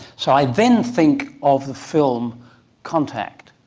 so i then think of the film contact,